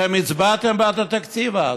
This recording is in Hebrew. אתם הצבעתם בעד התקציב אז.